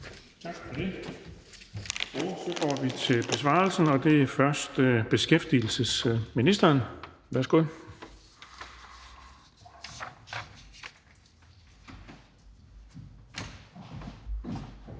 Tak for det. Så går vi til besvarelsen, og det er først beskæftigelsesministeren. Værsgo.